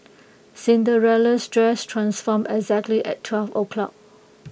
Cinderella's dress transformed exactly at twelve o'clock